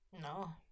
No